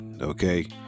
okay